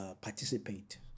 participate